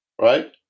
right